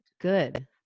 Good